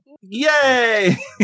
Yay